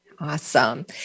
Awesome